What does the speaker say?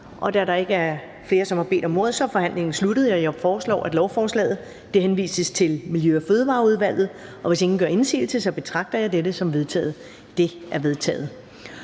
Da der ikke er flere, som har bedt om ordet, er forhandlingen sluttet. Jeg foreslår, at lovforslaget henvises til Miljø- og Fødevareudvalget. Hvis ingen gør indsigelse, betragter jeg dette som vedtaget. Det er vedtaget.